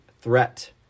threat